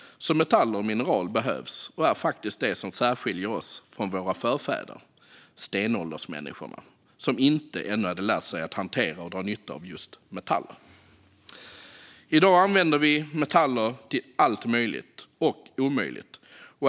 Metaller och mineraler behövs och är faktiskt det som särskiljer oss från våra förfäder stenåldersmänniskorna, som ännu inte hade lärt sig att hantera och dra nytta av just metaller. I dag använder vi metaller till allt möjligt - och omöjligt.